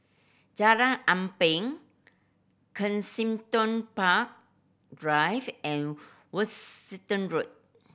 Jalan Ampang Kensington Park Drive and Worcester Road